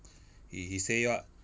he he say what